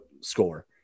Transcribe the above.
score